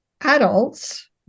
adults